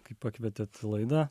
kai pakvietėte laidą